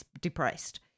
depressed